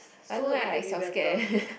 I don't know I like siao scared eh